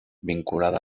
vinculada